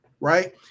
Right